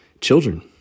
children